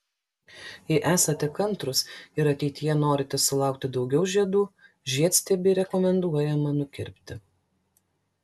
jei esate kantrūs ir ateityje norite sulaukti daugiau žiedų žiedstiebį rekomenduojama nukirpti